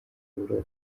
buroko